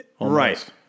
right